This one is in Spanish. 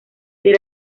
del